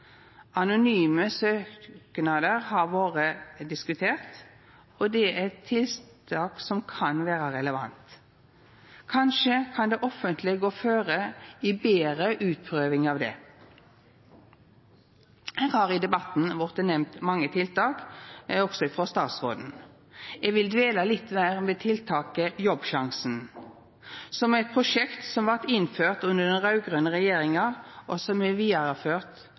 Anonyme søknader har vore diskutert, og det er eit tiltak som kan vera relevant. Kanskje kan det offentlege gå føre i betre utprøving av det. Det har i debatten vorte nemnt mange tiltak, også frå statsråden. Eg vil dvela litt ved tiltaket Jobbsjansen, som er eit prosjekt som blei innført under den raud-grøne regjeringa, og som er vidareført